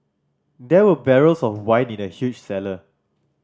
there were barrels of wine in the huge cellar